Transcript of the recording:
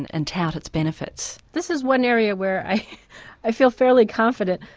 and and tout its benefits? this is one area where i i feel fairly confident.